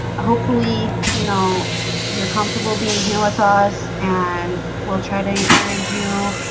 hopefully, you know you're comfortable being here with us and we'll try to encourage you.